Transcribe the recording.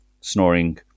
snoring